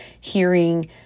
hearing